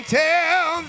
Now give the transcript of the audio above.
tell